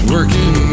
Working